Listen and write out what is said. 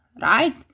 right